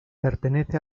pertenece